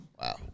Wow